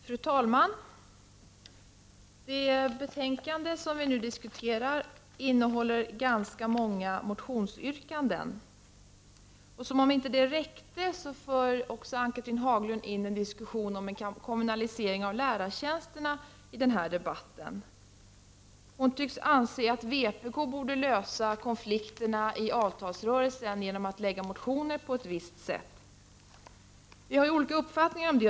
Fru talman! Det betänkande som vi nu diskuterar innehåller ganska många motionsyrkanden. Trots det tar Ann-Cathrine Haglund här upp en diskussion om kommunaliseringen av lärartjänsterna. Ann-Cathrine Haglund tycks anse att vi i vpk borde lösa konflikterna i avtalsrörelsen genom att väcka motioner i en viss riktning. Vi har olika uppfattningar om den saken.